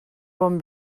bon